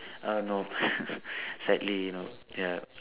err no sadly you know ya